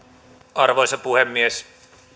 arvoisa puhemies